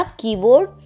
keyboard